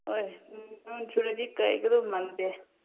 ꯍꯣꯏ ꯅꯣꯡ ꯆꯨꯔꯗꯤ ꯀꯥꯏꯒꯗꯕ ꯃꯥꯟꯗꯦ